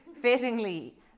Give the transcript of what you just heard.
fittingly